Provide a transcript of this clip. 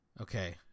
okay